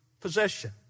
possession